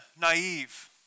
naive